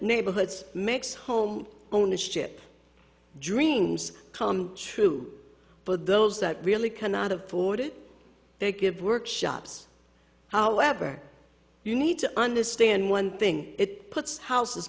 neighborhoods makes home ownership dreams come true for those that really cannot afford to give workshops however you need to understand one thing it puts houses